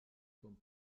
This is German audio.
vom